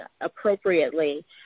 appropriately